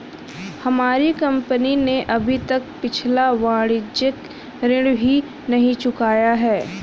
हमारी कंपनी ने अभी तक पिछला वाणिज्यिक ऋण ही नहीं चुकाया है